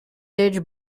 age